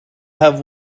have